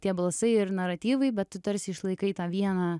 tie balsai ir naratyvai bet tu tarsi išlaikai tą vieną